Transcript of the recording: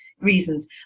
reasons